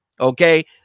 Okay